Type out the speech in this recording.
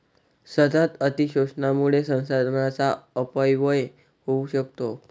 सतत अतिशोषणामुळे संसाधनांचा अपव्यय होऊ शकतो